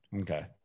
Okay